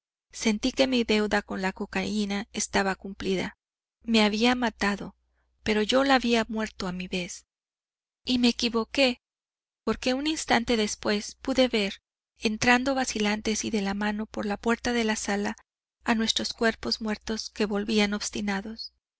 sentí que mi deuda con la cocaína estaba cumplida me había matado pero yo la había muerto a mi vez y me equivoqué porque un instante después pude ver entrando vacilantes y de la mano por la puerta de la sala a nuestros cuerpos muertos que volvían obstinados